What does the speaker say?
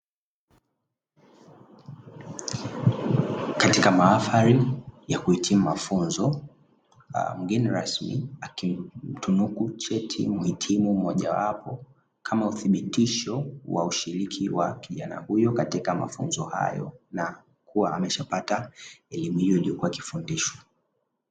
Katika mahafali ya kuhitimu mafunzo, mgeni rasmi akimtunuku cheti mhitimu mmojawapo kama uthibitisho wa ushiriki wa kijana huyo katika mafunzo hayo na kuwa ameshapata elimu hiyo iliyokuwa ikifundishwa.